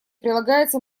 прилагается